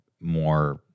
more